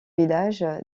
village